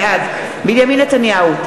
בעד בנימין נתניהו,